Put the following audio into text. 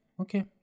okay